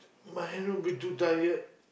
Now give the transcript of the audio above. my hand will be too tired